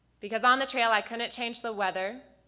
because on the trail i couldn't change the weather,